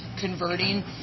converting